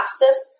fastest